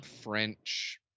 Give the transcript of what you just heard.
French